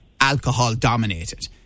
alcohol-dominated